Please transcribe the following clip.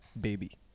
Baby